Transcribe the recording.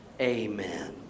Amen